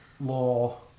Law